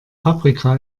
paprika